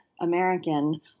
American